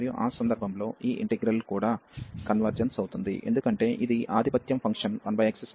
మరియు ఆ సందర్భంలో ఈ ఇంటిగ్రల్ కూడా కన్వర్జెన్స్ అవుతుంది ఎందుకంటే ఇది ఆధిపత్యం ఫంక్షన్ 1x2 మరియు దీని ఇంటిగ్రల్ కన్వర్జ్ అవుతుంది